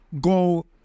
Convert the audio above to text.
go